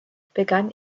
begann